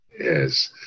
Yes